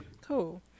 cool